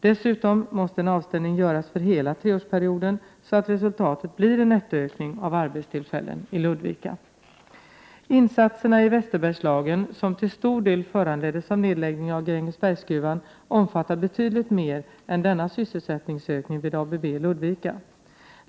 Dessutom måste en avstämning göras för hela treårsperioden, så att resultatet blir en nettoökning av arbetstillfällen i Ludvika. Insatserna i Västerbergslagen som till stor del föranleddes av nedläggningen av Grängesbergsgruvan omfattar betydligt mer än denna sysselsättningsökning vid ABB i Ludvika.